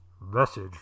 message